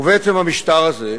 ובעצם המשטר הזה,